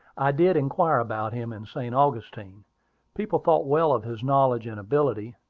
i did inquire about him in st. augustine people thought well of his knowledge and ability,